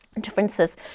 differences